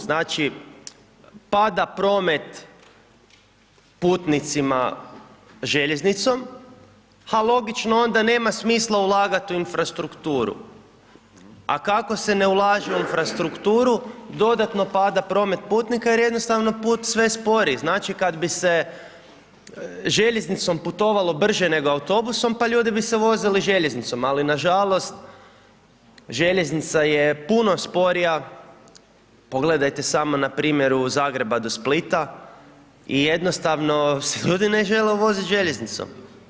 Znači pada promet putnicima željeznicom, a logično onda nema smisla ulagat u infrastrukturu, a kako se ne ulaže u infrastrukturu dodatno pada promet putnika jer jednostavno put sve je sporiji, znači, kad bi se željeznicom putovalo brže nego autobusom, pa ljudi bi se vozili željeznicom, ali nažalost, željeznica je puno sporija, pogledajte samo na primjeru Zagreba do Splita i jednostavno se ljudi ne žele vozit željeznicom.